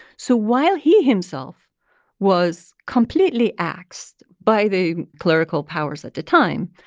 so while he himself was completely axed by the clerical powers at the time,